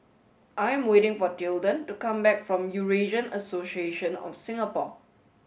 I am waiting for Tilden to come back from Eurasian Association of Singapore